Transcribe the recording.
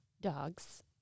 Dogs